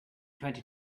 twenty